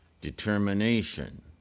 determination